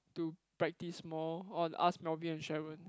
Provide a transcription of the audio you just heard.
to practise more or ask Melvin and Sharon